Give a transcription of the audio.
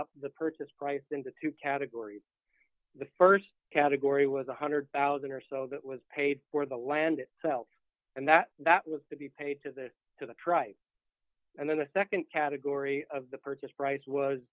up the purchase price into two categories the st category was one hundred thousand dollars or so that was paid for the land itself and that that was to be paid to the to the tribe and then the nd category of the purchase price was